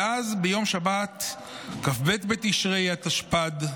ואז, ביום שבת כ"ב בתשרי התשפ"ד,